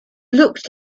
looked